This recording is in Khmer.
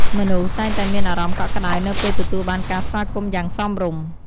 មនុស្សតែងតែមានអារម្មណ៍កក់ក្តៅនៅពេលទទួលបានការស្វាគមន៍យ៉ាងសមរម្យ។